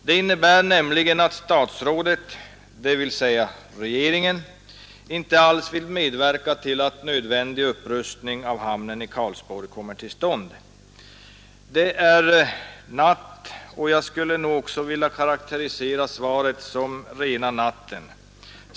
Det innebär nämligen att statsrådet, dvs. regeringen, inte alls vill medverka till att en nödvändig upprustning av hamnen i Karlsborg kommer till stånd. Det är natt, och jag skulle nog också vilja karakterisera svaret som ”rena natten”.